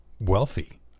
wealthy